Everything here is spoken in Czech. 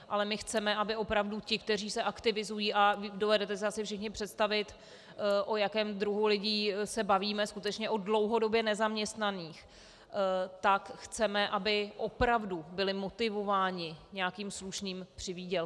Ale my chceme, aby opravdu ti, kteří se aktivizují a dovedete si asi všichni představit, o jakém druhu lidí se bavíme, skutečně o dlouhodobě nezaměstnaných, tak chceme, aby opravdu byli motivováni nějakým slušným přivýdělkem.